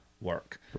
work